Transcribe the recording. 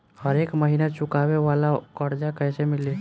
हरेक महिना चुकावे वाला कर्जा कैसे मिली?